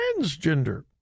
transgender